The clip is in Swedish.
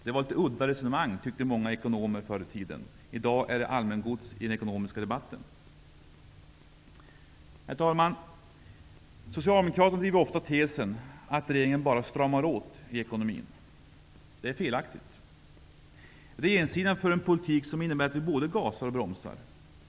Det var ett udda resonemang, tyckte många ekonomer förr i tiden. I dag är det allmängods i den ekonomiska debatten. Herr talman! Socialdemokraterna driver ofta tesen att regeringen bara stramar åt i ekonomin. Detta är felaktigt. Regeringssidan för en politik som innebär att vi både gasar och bromsar.